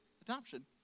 adoption